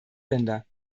länder